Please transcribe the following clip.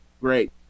great